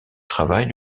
travail